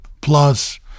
plus